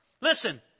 Listen